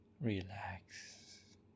Relax